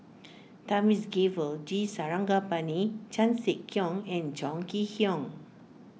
Thamizhavel G Sarangapani Chan Sek Keong and Chong Kee Hiong